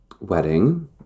wedding